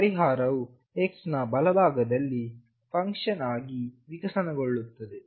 ಆದ್ದರಿಂದ ಪರಿಹಾರವು x ನ ಬಲಭಾಗದಲ್ಲಿ ಫಂಕ್ಷನ್ ಆಗಿ ವಿಕಸನಗೊಳ್ಳುತ್ತದೆ